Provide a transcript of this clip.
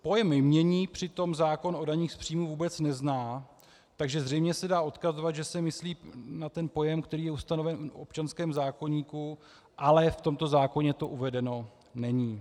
Pojem jmění přitom zákon o daních z příjmů vůbec nezná, takže zřejmě se dá odkazovat, že se myslí na ten pojem, který je ustanoven v občanském zákoníku, ale v tomto zákoně to uvedeno není.